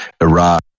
Iraq